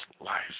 life